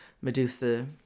Medusa